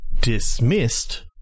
Dismissed